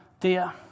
dear